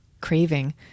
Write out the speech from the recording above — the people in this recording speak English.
craving